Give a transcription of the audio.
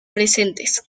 presentes